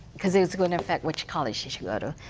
because it was going to affect which college she should go to.